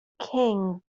king